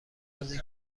بازی